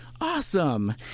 Awesome